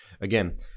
Again